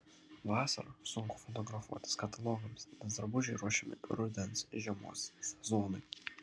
vasarą sunku fotografuotis katalogams nes drabužiai ruošiami rudens žiemos sezonui